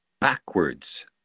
backwards